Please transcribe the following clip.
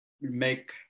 make